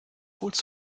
holst